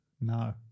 No